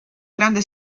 grande